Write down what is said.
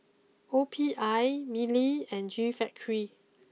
O P I Mili and G Factory